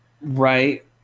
right